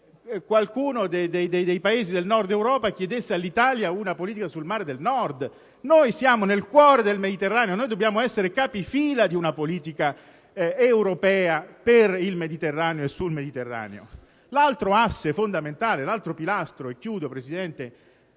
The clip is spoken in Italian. se qualcuno dei Paesi del Nord Europa chiedesse all'Italia una politica sul mare del Nord. Noi siamo nel cuore del Mediterraneo, dobbiamo essere capofila di una politica europea per il Mediterraneo e sul Mediterraneo. L'altro asse fondamentale, l'altro pilastro è certamente